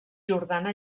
jordana